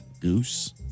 Goose